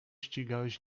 ścigałeś